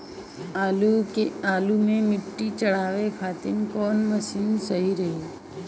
आलू मे मिट्टी चढ़ावे खातिन कवन मशीन सही रही?